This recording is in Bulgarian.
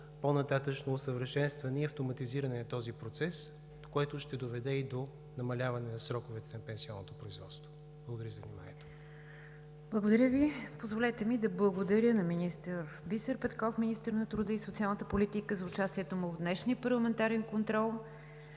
по нататъшно усъвършенстване и автоматизиране на този процес, което ще доведе и до намаляване на сроковете на пенсионното производство. Благодаря за вниманието. ПРЕДСЕДАТЕЛ НИГЯР ДЖАФЕР: Благодаря Ви. Позволете ми да благодаря на господин Бисер Петков – министър на труда и социалната политика, за участието му в днешния парламентарен контрол.